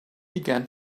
began